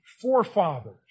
forefathers